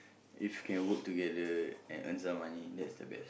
if you can work together and earn some money that is the best